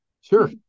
sure